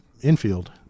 infield